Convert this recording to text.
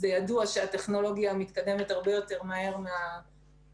ידוע שהטכנולוגיה מתקדמת מהר יותר מהמשפט,